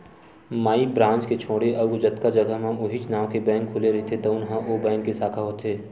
माई branch के छोड़े अउ जतका जघा म उहींच नांव के बेंक खुले रहिथे तउन ह ओ बेंक के साखा होथे